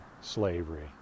slavery